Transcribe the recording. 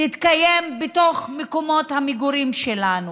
תתקיים במקומות המגורים שלנו.